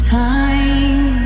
time